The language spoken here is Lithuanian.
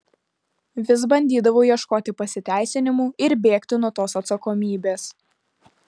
vis bandydavau ieškoti pasiteisinimų ir bėgti nuo tos atsakomybės